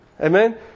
Amen